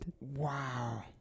Wow